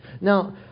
Now